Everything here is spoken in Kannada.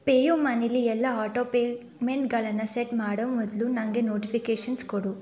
ಪೇ ಯು ಮನಿಲಿ ಎಲ್ಲ ಆಟೋ ಪೇಮೆಂಟ್ಗಳನ್ನು ಸೆಟ್ ಮಾಡೊ ಮೊದಲು ನನಗೆ ನೋಟಿಫಿಕೇಷನ್ಸ್ ಕೊಡು